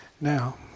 Now